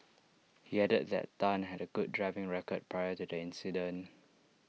he added that Tan had A good driving record prior to the accident